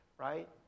right